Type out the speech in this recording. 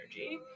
energy